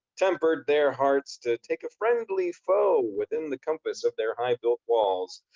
tempered their hearts to take a friendly foe within the compass of their high built walls,